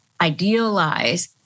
idealize